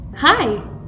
Hi